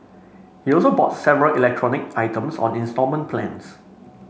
he also bought several electronic items on instalment plans